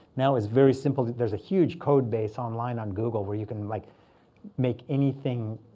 now it's very simple. there's a huge code base online on google where you can like make anything,